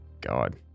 God